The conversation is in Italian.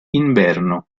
inverno